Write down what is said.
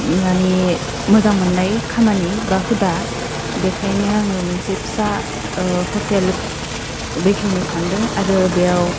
मानि मोजां मोननाय खामानि बा हुदा बेखायनो आङो मोनसे फिसा ह'टेल बेखेवनो सानदों आरो बेयाव